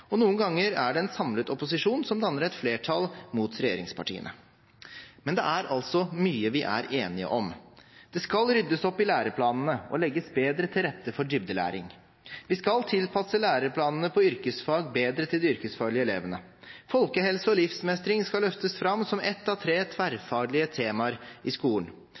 og i noen danner en samlet opposisjon flertall mot regjeringspartiene. Men det er altså mye vi er enige om. Det skal ryddes opp i læreplanene og legges bedre til rette for dybdelæring. Vi skal tilpasse læreplanene for yrkesfag bedre til de yrkesfaglige elevene. Folkehelse og livsmestring skal løftes fram som ett av tre tverrfaglige temaer i skolen.